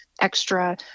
extra